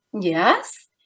yes